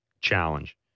challenge